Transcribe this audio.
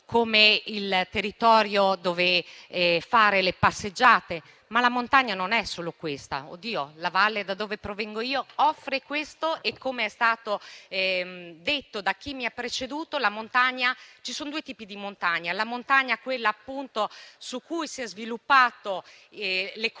come il territorio dove fare le passeggiate. Ma la montagna non è solo questo. Oddio, la valle da dove provengo io offre questo e - come è stato detto da chi mi ha preceduto - ci sono due tipi di montagna: la montagna in cui si è sviluppata l'economia